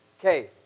Okay